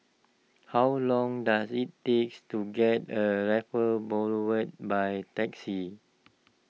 how long does it takes to get to Raffles Boulevard by taxi